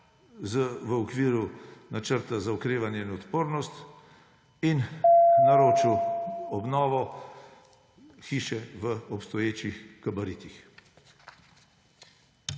v okviru Načrta za okrevanje in odpornost in naročil obnovo hiše v obstoječih gabaritih.